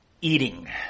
eating